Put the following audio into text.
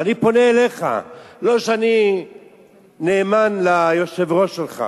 ואני פונה אליך, לא שאני נאמן ליושב-ראש שלך,